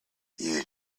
you